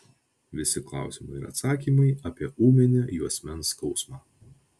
visi klausimai ir atsakymai apie ūminį juosmens skausmą